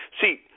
See